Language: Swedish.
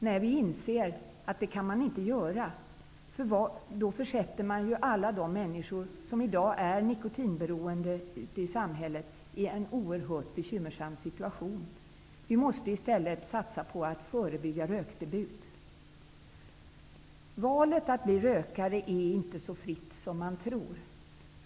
Nej, vi inser att det inte går. Då försätts alla de människor i samhället som i dag är nikotinberoende i en oerhört bekymmersam situation. Vi måste i stället satsa på att förebygga rökdebut. Men valet att bli rökare är inte så fritt som man tror.